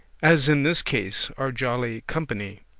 as in this case, our jolly company,